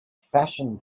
fashion